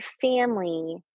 family